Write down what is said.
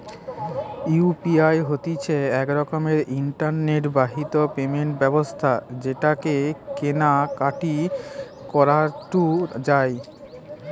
UPI হতিছে এক রকমের ইন্টারনেট বাহিত পেমেন্ট ব্যবস্থা যেটাকে কেনা কাটি করাঢু যায়